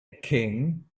king